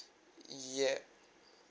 yeah